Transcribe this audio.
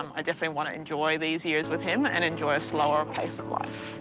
um definitely want to enjoy these years with him and enjoy a slower pace of life.